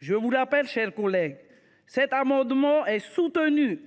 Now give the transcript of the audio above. Je vous rappelle, mes chers collègues, que cet amendement est soutenu